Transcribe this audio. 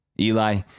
Eli